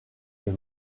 est